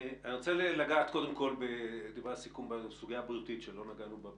אני רוצה לגעת בסוגיה הבריאותית שלא נגענו בה בכלל.